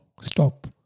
stop